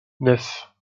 neuf